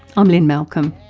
i'm lynne malcolm.